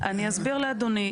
אני אסביר לאדוני.